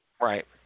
Right